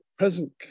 present